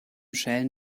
schälen